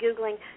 Googling